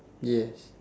yes